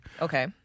Okay